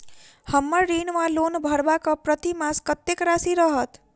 हम्मर ऋण वा लोन भरबाक प्रतिमास कत्तेक राशि रहत?